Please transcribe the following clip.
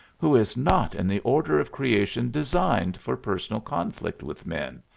who is not in the order of creation designed for personal conflict with men,